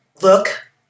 look